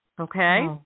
Okay